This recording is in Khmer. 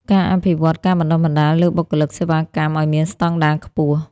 ការអភិវឌ្ឍការបណ្តុះបណ្តាលលើបុគ្គលិកសេវាកម្មឱ្យមានស្តង់ដារខ្ពស់។